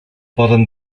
poden